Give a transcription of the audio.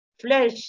flesh